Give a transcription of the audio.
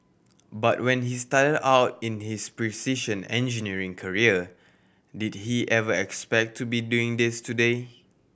but when he started out in his precision engineering career did he ever expect to be doing this today